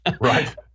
Right